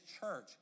church